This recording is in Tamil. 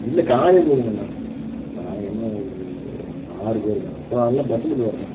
இல்லை காரே போதும் கண்ணா நாங்கள் என்ன ஒரு ஆறு பேர் தான் அப்புறோம் எல்லாம் பஸ்ஸில் போயிர்றேன்